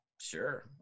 Sure